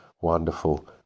wonderful